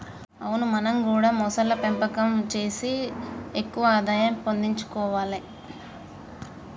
అవును మనం గూడా మొసళ్ల పెంపకం సేసి ఎక్కువ ఆదాయం పెంపొందించుకొవాలే